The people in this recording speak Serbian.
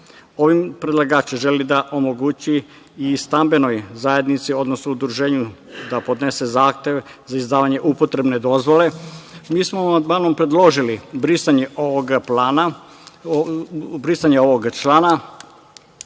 predlagač želi da omogući i stambenoj zajednici, odnosno udruženju da podnese zahtev za izdavanje upotrebne dozvole, a mi smo ovim amandmanom predložili brisanje ovog člana.